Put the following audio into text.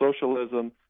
socialism